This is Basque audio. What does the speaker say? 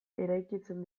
eraikitzen